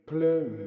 Plum